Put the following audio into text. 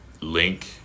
Link